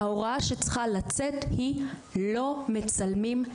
וההוראה שצריכה לצאת היא לא מצלמים,